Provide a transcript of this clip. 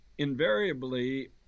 invariably